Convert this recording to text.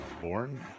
born